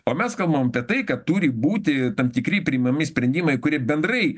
o mes kalbam apie tai kad turi būti tam tikri priimami sprendimai kurie bendrai